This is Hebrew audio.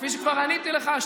כפי שכבר עניתי לך,